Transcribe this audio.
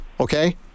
Okay